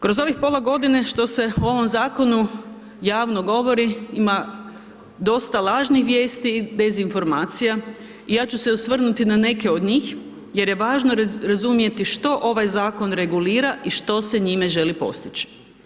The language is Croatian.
Kroz ovih pola godine što se u ovom zakonu javno govori ima dosta lažnih vijesti bez informacija i ja ću se osvrnuti na neke od njih jer je važno razumjeti što ovaj zakon regulira i što se njime želi postići.